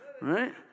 right